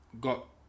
got